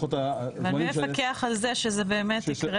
מי מפקח על זה שזה באמת יקרה.